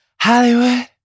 Hollywood